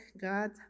God